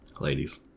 Ladies